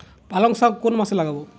পালংশাক কোন মাসে লাগাব?